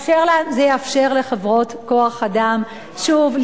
זה יאפשר לחברות כוח-אדם שוב,